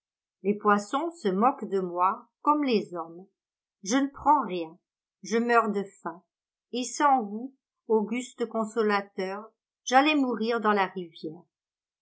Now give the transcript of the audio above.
les poissons se moquent de moi comme les hommes je ne prends rien je meurs de faim et sans vous auguste consolateur j'allais mourir dans la rivière